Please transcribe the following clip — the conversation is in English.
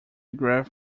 graph